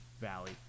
Valley